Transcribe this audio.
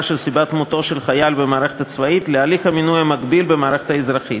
של סיבת מותו של חייל במערכת הצבאית להליך המינוי המקביל במערכת האזרחית.